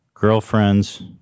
Girlfriends